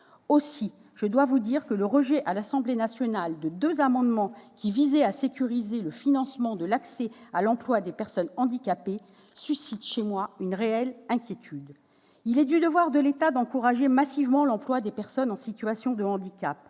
madame la ministre, que le rejet par l'Assemblée nationale de deux amendements qui visaient à sécuriser le financement de l'accès à l'emploi des personnes handicapées suscite chez moi une crainte réelle. Il est du devoir de l'État d'encourager massivement l'emploi des personnes en situation de handicap.